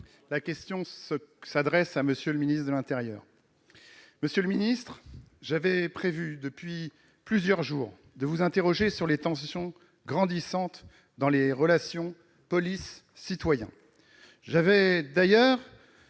Ma question s'adresse à M. le ministre de l'intérieur. Monsieur le ministre, j'avais prévu depuis plusieurs jours de vous interroger sur les tensions grandissantes dans les relations entre la police et les citoyens. J'avais d'ailleurs